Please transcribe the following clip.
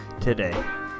today